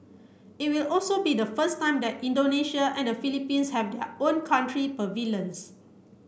it will also be the first time that Indonesia and the Philippines have their own country pavilions